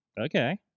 Okay